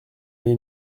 mais